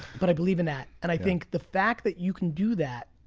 but i believe in that. and i think the fact that you can do that,